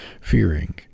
fearing